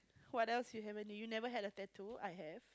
what else do you havent do you never had a tattoo I have